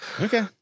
Okay